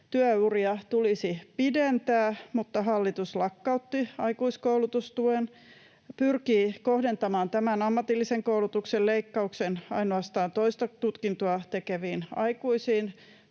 Työuria tulisi pidentää, mutta hallitus lakkautti aikuiskoulutustuen, pyrkii kohdentamaan tämän ammatillisen koulutuksen leikkauksen ainoastaan toista tutkintoa tekeviin aikuisiin.